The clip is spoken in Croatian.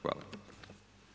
Hvala.